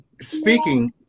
Speaking